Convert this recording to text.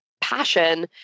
passion